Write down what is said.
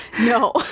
no